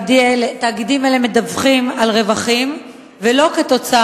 תאגידים אלה מדווחים על רווחים ולא כתוצאה